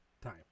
Time